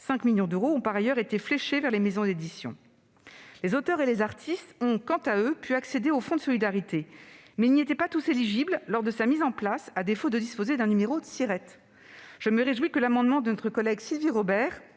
millions d'euros ont par ailleurs été fléchés vers les maisons d'édition. Les auteurs et les artistes ont, quant à eux, pu accéder au fonds de solidarité, mais ils n'y étaient pas tous éligibles lors de sa mise en place, à défaut de disposer d'un numéro Siret. Je me réjouis que l'amendement de notre collègue Sylvie Robert